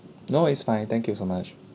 no it's fine thank you so much